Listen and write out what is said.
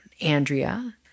Andrea